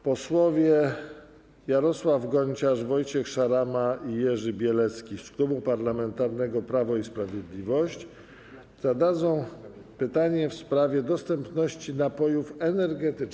Posłowie Jarosław Gonciarz, Wojciech Szarama i Jerzy Bielecki z Klubu Parlamentarnego Prawo i Sprawiedliwość zadadzą pytanie w sprawie dostępności napojów energetycznych.